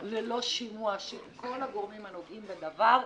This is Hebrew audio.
ללא שימוע של כל הגורמים הנוגעים בדבר,